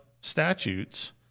statutes